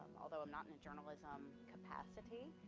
although i'm not in the journalism capacity,